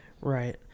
Right